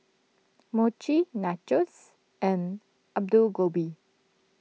Mochi Nachos and Alu Gobi